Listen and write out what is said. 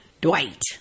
Dwight